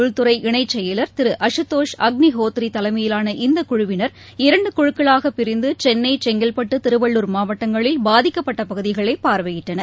உள்துறை இணைச் செயலர் திரு அஷுதோஷ் அக்ளிஹோத்ரிதலைமையிலான இந்தக் குழுவினர் இரண்டுகுழுக்களாகபிரிந்துசென்னை செங்கல்பட்டு திருவள்ளுர் மாவட்டங்களில் பாதிக்கப்பட்டபகுதிகளைபார்வையிட்டனர்